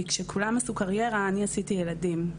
כי כשכולם עשו קריירה אני עשיתי ילדים.